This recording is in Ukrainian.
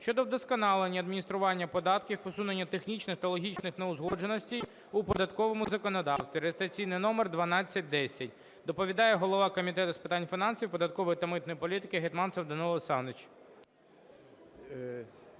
щодо вдосконалення адміністрування податків, усунення технічних та логічних неузгодженостей у податковому законодавстві (реєстраційний номер 1210). Доповідає голова Комітету з питань фінансів, податкової та митної політики Гетманцев Данило